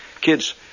kids